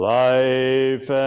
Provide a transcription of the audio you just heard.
life